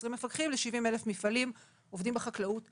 70 אלף מפעלים עובדים בחקלאות וכולי.